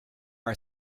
our